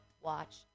watch